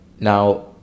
Now